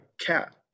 cat